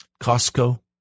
Costco